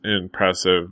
impressive